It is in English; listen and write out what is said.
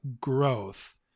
growth